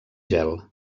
gel